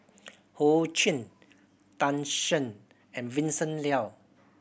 Ho Ching Tan Shen and Vincent Leow